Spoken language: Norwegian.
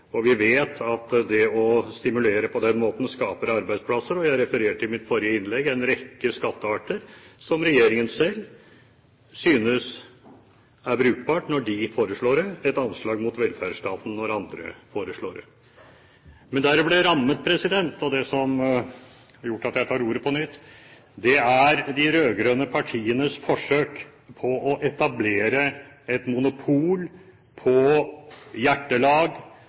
og vi vet at det å stimulere på den måten skaper arbeidsplasser. Og jeg refererte i mitt forrige innlegg til en rekke skattearter som regjeringen selv synes er brukbare når de foreslår det, men et anslag mot velferdsstaten når andre foreslår det. Men der jeg ble rammet, og det som har gjort at jeg tar ordet på nytt, er de rød-grønne partienes forsøk på å etablere et monopol på hjertelag,